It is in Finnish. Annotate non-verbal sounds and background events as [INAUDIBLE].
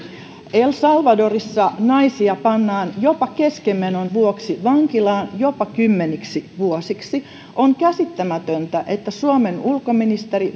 el salvadorissa naisia pannaan keskenmenon vuoksi jopa vankilaan jopa kymmeniksi vuosiksi on käsittämätöntä että suomen ulkoministeri [UNINTELLIGIBLE]